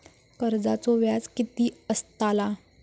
कर्जाचो व्याज कीती असताला?